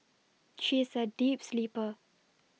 she is a deep sleeper